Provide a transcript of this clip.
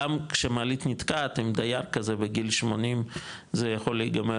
גם כשמעלית נתקעת עם דייר כזה בגיל שמונים זה יכול להיגמר